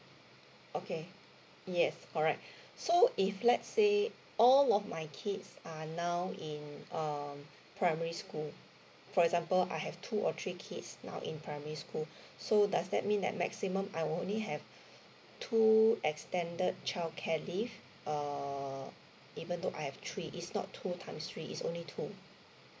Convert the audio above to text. okay yes correct so if let's say all of my kids are now in um primary school for example I have two or three kids now in primary school so does that mean that maximum I will only have two extended childcare leave err even though I have three is not two times three is only two